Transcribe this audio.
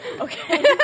Okay